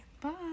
Bye